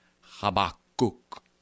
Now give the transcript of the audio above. Habakkuk